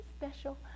special